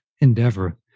endeavor